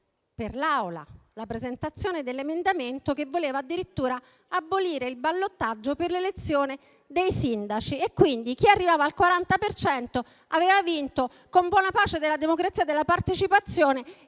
per l'Aula: la presentazione dell'emendamento che voleva addirittura abolire il ballottaggio per l'elezione dei sindaci e quindi chi arrivava al 40 per cento aveva vinto, con buona pace della democrazia e della partecipazione